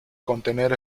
contener